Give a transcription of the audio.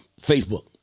Facebook